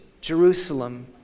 Jerusalem